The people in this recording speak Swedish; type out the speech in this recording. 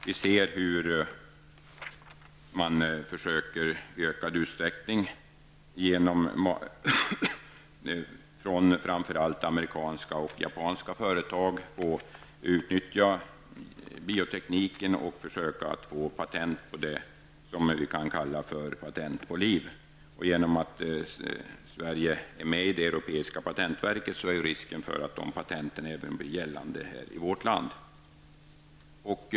Vi ser hur man i ökad utsträckning från framför allt japanska och amerikanska företag försöker utnyttja bioteknik och få patent på det som vi kan kalla patent på liv. Genom att Sverige är med i det europeiska patentverket finns det risk att patenten även blir gällande i vårt land.